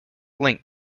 link